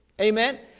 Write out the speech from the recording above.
Amen